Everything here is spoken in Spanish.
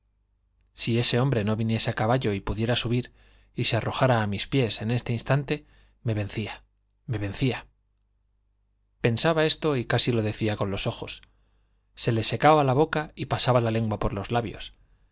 si ese hombre no viniese a caballo y pudiera subir y se arrojara a mis pies en este instante me vencía me vencía pensaba esto y casi lo decía con los ojos se le secaba la boca y pasaba la lengua por los labios